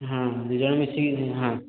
ହଁ ଦୁଇ ଜଣ ମିଶିକି ହଁ